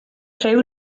rhyw